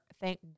thank